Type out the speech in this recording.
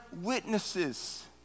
witnesses